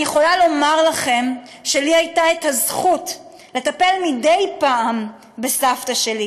אני יכולה לומר לכם שלי הייתה הזכות לטפל מדי פעם בסבתא שלי.